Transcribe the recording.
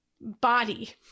body